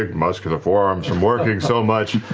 ah muscular forearms from working so much.